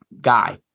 guy